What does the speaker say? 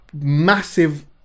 massive